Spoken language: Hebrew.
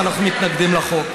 ואנחנו מתנגדים לחוק.